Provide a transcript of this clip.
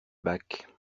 bac